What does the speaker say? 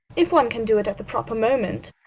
if one can do it at the proper moment.